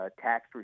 tax